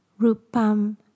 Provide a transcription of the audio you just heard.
Rupam